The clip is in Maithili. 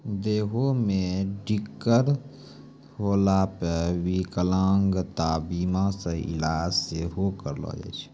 देहो मे दिक्कत होला पे विकलांगता बीमा से इलाज सेहो करैलो जाय छै